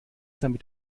damit